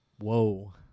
Whoa